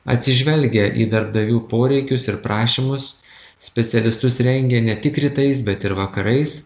atsižvelgia į darbdavių poreikius ir prašymus specialistus rengia ne tik rytais bet ir vakarais